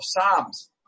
Psalms